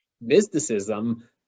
mysticism